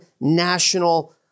national